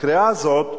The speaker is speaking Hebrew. הקריאה הזאת,